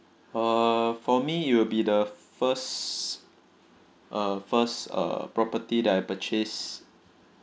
err for me it will be the first uh first uh property that I purchase